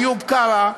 איוב קרא.